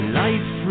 life